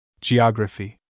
Geography